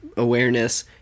awareness